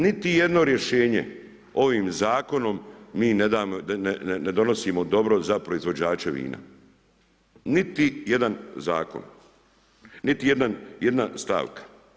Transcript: Niti jedno rješenje ovim zakonom mi ne donosimo dobro za proizvođače vina, niti jedan zakon, niti jedna stavka.